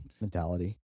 mentality